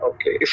Okay